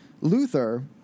Luther